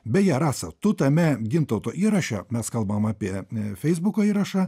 beje rasa tu tame gintauto įraše mes kalbam apie ne feisbuko įrašą